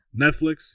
Netflix